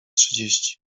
trzydzieści